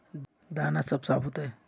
दाना सब साफ होते?